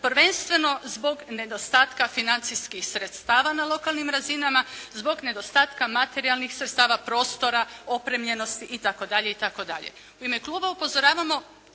prvenstveno zbog nedostatka financijskih sredstava na lokalnim razinama, zbog nedostatka materijalnih sredstava prostora, opremljenosti itd. itd. U ime kluba upozoravamo,